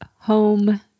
home